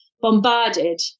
bombarded